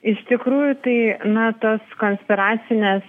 iš tikrųjų tai na tos konspiracinės